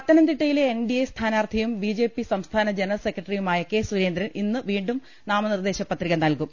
പത്തനംതിട്ടയിലെ N D A സ്ഥാനാർത്ഥിയും B J P സംസ്ഥാന ജനറൽ സെക്രട്ടറിയുമായ കെ സുരേന്ദ്രൻ ഇന്ന് വീണ്ടും നാമ നിർദേശ പത്രിക നൽകും